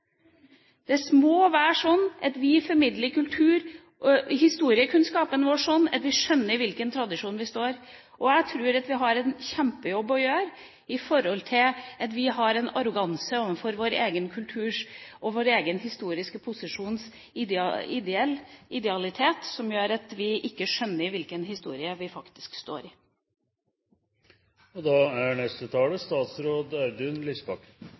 Vi må formidle kultur- og historiekunnskapen vår sånn at vi skjønner i hvilken tradisjon vi står. Jeg tror vi har en kjempejobb å gjøre, for vi har en arroganse overfor vår egen kultur og vår egen historiske posisjons idealitet som gjør at vi ikke skjønner hvilken historie vi faktisk står i. Avslutningsvis har jeg bare lyst si at jeg synes det er